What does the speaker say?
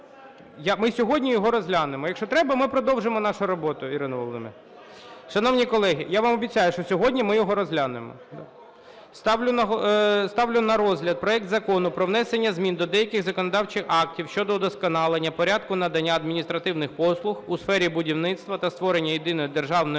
Ми сьогодні його розглянемо. Якщо треба, ми продовжимо нашу роботу, Ірино Володимирівно. Шановні колеги… Я вам обіцяю, що сьогодні ми його розглянемо. Ставлю на розгляд проект Закону про внесення змін до деяких законодавчих актів щодо удосконалення порядку надання адміністративних послуг у сфері будівництва та створення Єдиної державної